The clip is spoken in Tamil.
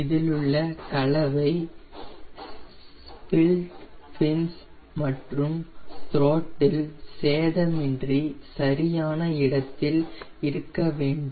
இதிலுள்ள கலவை சிபிலிட் ஃபின்ஸ் மற்றும் துராட்டில் சேதமின்றி சரியான இடத்தில் இருக்கவேண்டும்